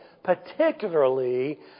particularly